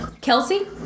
Kelsey